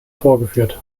vorgeführt